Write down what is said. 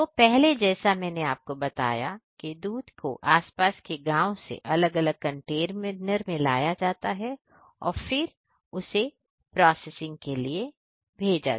तू पहले जैसा मैंने आपको बताया के दूध को आस पास के गांव से अलग अलग कंटेनर में लाया जाता है और फिर उसे प्रोसेसिंग के लिए भेजा जाता है